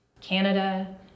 Canada